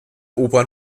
opern